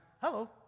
hello